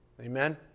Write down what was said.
Amen